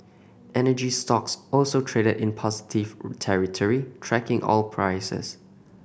energy stocks also traded in positive territory tracking oil prices